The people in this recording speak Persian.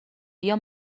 بیا